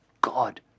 God